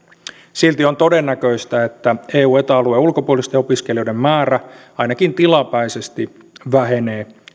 silti on todennäköistä että eu ja eta alueen ulkopuolisten opiskelijoiden määrä ainakin tilapäisesti vähenee